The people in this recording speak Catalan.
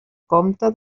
compte